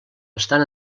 estan